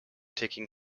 taking